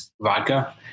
Vodka